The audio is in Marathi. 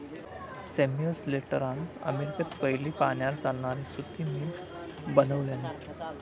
सैमुअल स्लेटरान अमेरिकेत पयली पाण्यार चालणारी सुती मिल बनवल्यानी